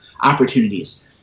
opportunities